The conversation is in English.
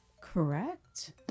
Correct